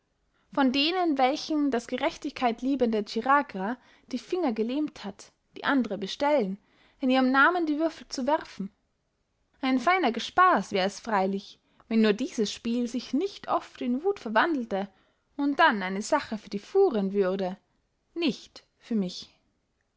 von denen welchen das gerechtigkeitliebende chiragra die finger gelähmt hat die andre bestellen in ihrem namen die würfel zu werfen ein feiner gespaß wär es freilich wenn nur dieses spiel sich nicht oft in wuth verwandelte und dann eine sache für die furien würde nicht für mich